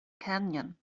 canyon